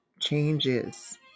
changes